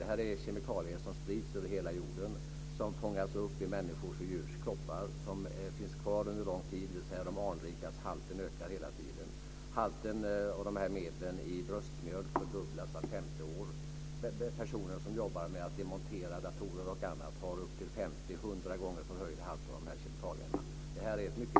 Det är fråga om kemikalier som sprids över hela jorden och som fångas upp i människors och djurs kroppar. De finns kvar där under lång tid och anrikas, dvs. halterna ökar hela tiden. Halterna av de här medlen i bröstmjölk fördubblas vart femte år. har upp till 50-100 gånger förhöjda halter av dessa kemikalier.